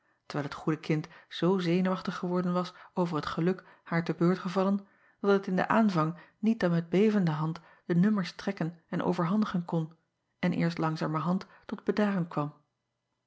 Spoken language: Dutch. terwijl het goede kind zoo zenuwachtig geworden was over het geluk haar te beurt gevallen dat het in den aanvang niet dan met bevende hand de nummers trekken en overhandigen kon en eerst langzamerhand tot bedaren kwam